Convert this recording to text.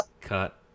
cut